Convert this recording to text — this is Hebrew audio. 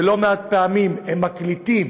לא מעט פעמים הם מקליטים